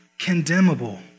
condemnable